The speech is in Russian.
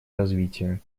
развития